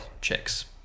chicks